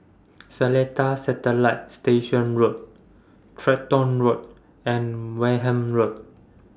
Seletar Satellite Station Road Tractor Road and Wareham Road